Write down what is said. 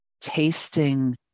tasting